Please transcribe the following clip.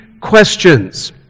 questions